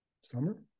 summer